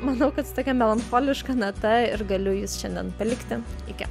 manau kad tokia melancholiška nata ir galiu jus šiandien palikti iki